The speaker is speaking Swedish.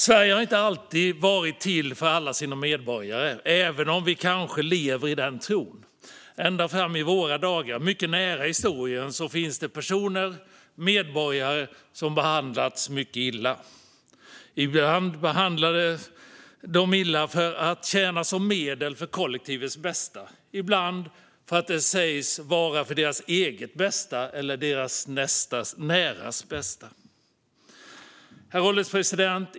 Sverige har inte alltid varit till för alla sina medborgare, även om vi kanske lever i den tron. Ända fram i våra dagar, mycket nära i historien, finns det medborgare som har behandlats mycket illa. Ibland har de behandlats illa för att de tjänat som medel för kollektivets bästa, ibland har det sagts vara för deras eget bästa eller deras näras bästa. Herr ålderspresident!